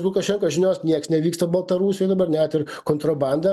lukašenkos žinios nieks nevyksta baltarusijoj dabar net ir kontrobanda